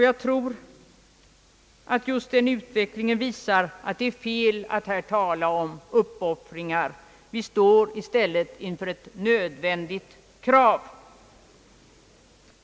Jag tror att just den utvecklingen visar att det är fel att nu tala om uppoffringar. Vi står i stället inför ett nödvändigt krav.